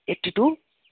eighty two